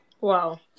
Wow